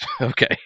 Okay